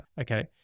Okay